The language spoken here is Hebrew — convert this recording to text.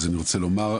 אז אני רוצה לומר,